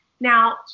Now